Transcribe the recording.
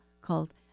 called